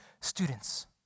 students